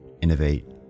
innovate